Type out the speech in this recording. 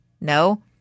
no